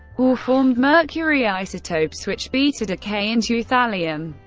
or formed mercury isotopes which beta decay into thallium.